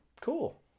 Cool